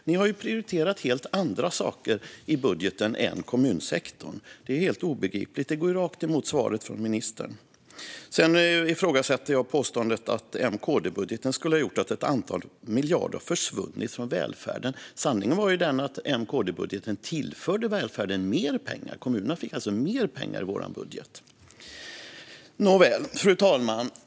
Ni har ju prioriterat helt andra saker i budgeten än kommunsektorn. Det är helt obegripligt. Det går rakt emot svaret från ministern. Sedan ifrågasätter jag påståendet att M-KD-budgeten skulle ha gjort att ett antal miljarder har försvunnit från välfärden. Sanningen är ju att MKD-budgeten tillförde välfärden mer pengar. Kommunerna fick mer pengar i vår budget. Nåväl, fru talman!